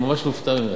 אני ממש מופתע ממך.